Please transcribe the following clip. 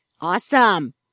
Awesome